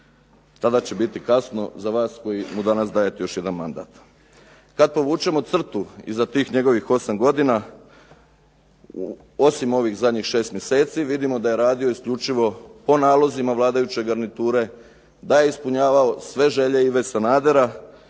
Tada će biti kasno za vas koji mu danas dajete još jedan mandat. Kad povučemo crtu iza tih njegovih 8 godina, osim ovih zadnjih 6 mjeseci vidimo da je radio isključivo po nalozima vladajuće garniture, da je ispunjavao sve želje Ive Sanadera